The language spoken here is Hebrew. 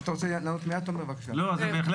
הוא כבר